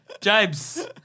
James